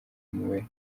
mube